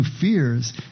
fears